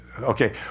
Okay